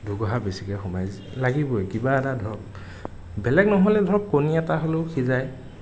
দুগৰাহ বেছিকে সোমায় লাগিবই কিবা এটা ধৰক বেলেগ নহ'লেও ধৰক কণী এটা হ'লেও সিজায়